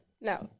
No